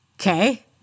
Okay